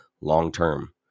long-term